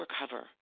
recover